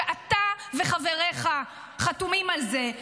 ואתה וחבריך חתומים על זה.